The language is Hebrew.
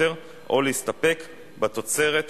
התשע"א